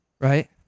right